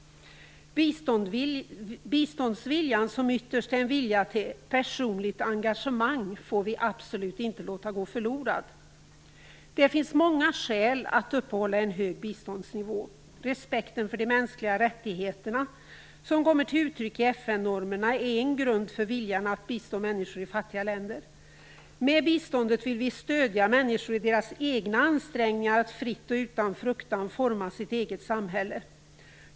Biståndsviljan, som ytterst är en vilja till personligt engagemang, får vi absolut inte låta gå förlorad. Det finns många skäl att uppehålla en hög biståndsnivå. Respekten för de mänskliga rättigheterna, som kommer till uttryck i FN-normerna är en grund för viljan att bistå människor i fattiga länder. Med biståndet vill vi stödja människor i deras egna ansträngningar att fritt och utan fruktan forma sitt eget samhälle.